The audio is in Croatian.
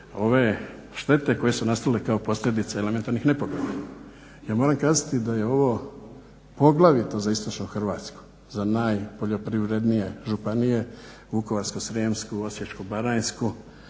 ove štete koje su nastale kao posljedica elementarnih nepogoda. Ja moram kazati da je ovo poglavito za istočnu Hrvatsku, za najpoljoprivrednije županije Vukovarsko-srijemsku, Osječko-baranjsku,